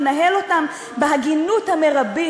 לנהל אותם בהגינות המרבית.